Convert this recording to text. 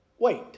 wait